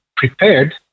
Prepared